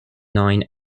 nine